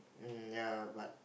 um ya but